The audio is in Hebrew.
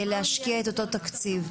להשקיע את אותו תקציב?